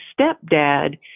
stepdad